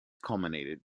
culminated